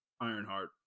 Ironheart